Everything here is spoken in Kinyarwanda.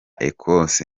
ecosse